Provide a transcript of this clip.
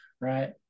right